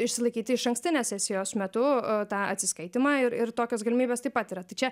išsilaikyti išankstinės sesijos metu tą atsiskaitymą ir ir tokios galimybės taip pat yra tai čia